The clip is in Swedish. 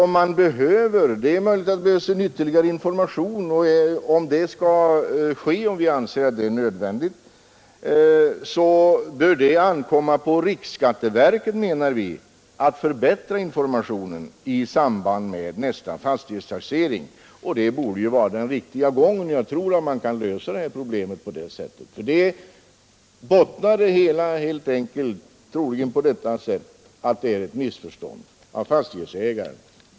Om det anses nödvändigt att förbättra informationen bör det ankomma på riksskatteverket i samband med nästa fastighetstaxering. Det är den riktiga gången, och jag tror att problemet kan lösas på det sättet. Troligen bottnar detta problem helt enkelt i ett missförstånd från fastighetsägarens sida.